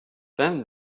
then